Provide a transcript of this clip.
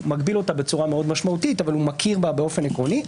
מגביל אותה בצורה מאוד משמעותית אבל הוא מכיר בה באופן עקרוני.